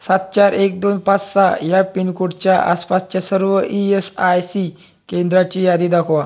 सात चार एक दोन पाच सहा ह्या पिनकोडच्या आसपासच्या सर्व ई एस आय सी केंद्राची यादी दाखवा